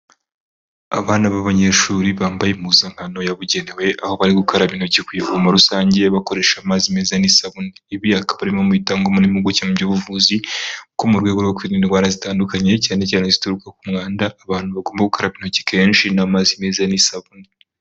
Abana b'abanyeshuri bambaye impuzankano yabugenewe aho bari gukaraba intoki ku ivomo rusange bakoresha amazi meza n'isabune, ibyo akaba ari bimwe mubitangwa n'impuguke mubijyanye n'ubuvuzi ko mu rwego rwo kwirinda indwara zitandukanye cyane cyane zituruka ku mwanda, abantu bagomba gukaraba intoki kenshi n'amazi meza n'isabune.